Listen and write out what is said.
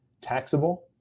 taxable